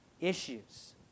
issues